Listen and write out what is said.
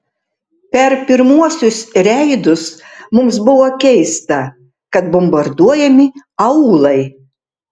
per pirmuosius reidus mums buvo keista kad bombarduojami aūlai